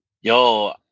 yo